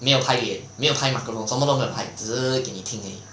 没有拍脸没有拍什么都没有拍只是给你听而已